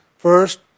First